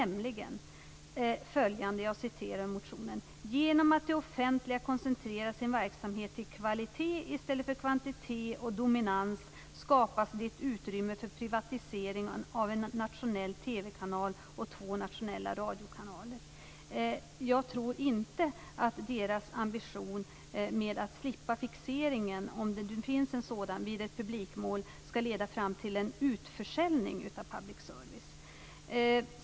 Man skriver i motionen: Genom att det offentliga koncentrerar sin verksamhet till kvalitet i stället för kvantitet och dominans skapas det ett utrymme för privatisering av en nationell TV-kanal och två nationella radiokanaler. Jag tror inte att deras ambition att slippa fixeringen - om det nu finns en sådan - vid ett publikmål skall leda fram till en utförsäljning av public service.